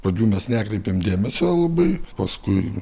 iš pradžių mes nekreipėme dėmesio labai paskui